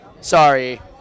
sorry